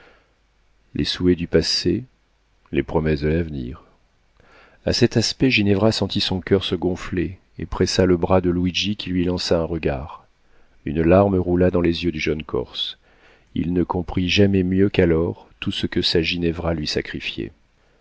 les souhaits du passé les promesses de l'avenir a cet aspect ginevra sentit son coeur se gonfler et pressa le bras de luigi qui lui lança un regard une larme roula dans les yeux du jeune corse il ne comprit jamais mieux qu'alors tout ce que sa ginevra lui sacrifiait